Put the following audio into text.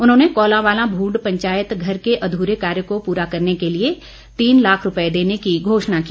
उन्होंने कोलांवालाभूड पंचायत घर के अधूरे कार्य को पूरा करने के लिए तीन लाख रूपए देने की घोषणा की